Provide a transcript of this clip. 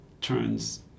turns